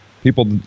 people